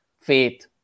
faith